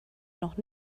noch